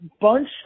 bunch